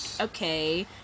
okay